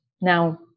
Now